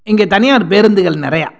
இங்க தனியார் பேருந்துகள் நிறையா